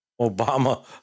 Obama